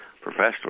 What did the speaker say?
professional